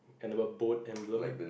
and have a boat emblem